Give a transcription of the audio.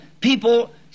people